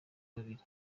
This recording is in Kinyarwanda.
babiri